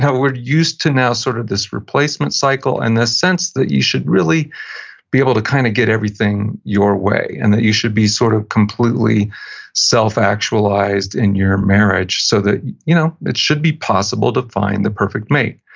we're used to now sort of this replacement cycle, and this sense that you should really be able to kind of get everything your way, and that you should be sort of completely self-actualized in your marriage so that you know it should be possible to find the perfect mate.